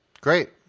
Great